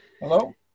hello